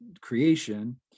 creation